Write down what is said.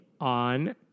on